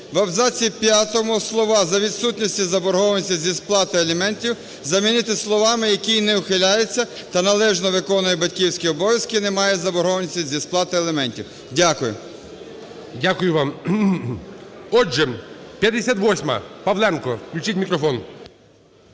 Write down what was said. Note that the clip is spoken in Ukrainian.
В абзаці п'ятому слова "за відсутності заборгованості зі сплати аліментів" замінити словами "який не ухиляється та належно виконує батьківські обов'язки і не має заборгованості зі сплати аліментів". Дякую. ГОЛОВУЮЧИЙ. Дякую вам. Отже, 58-а, Павленко. Включіть мікрофон.